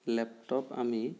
laptop আমি